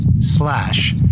slash